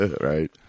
Right